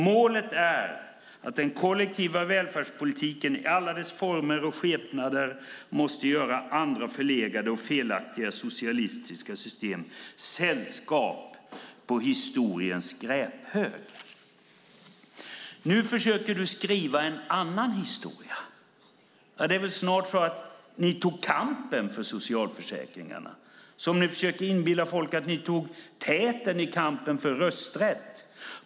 Målet är att den kollektiva välfärdspolitiken i alla dess former och skepnader måste göra andra förlegade och felaktiga socialistiska system sällskap på historiens skräphög. Nu försöker du skriva en annan historia. Det är väl snart så att det var ni som tog upp kampen för socialförsäkringarna precis som ni försöker inbilla folk att ni tog täten i kampen för rösträtt.